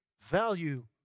value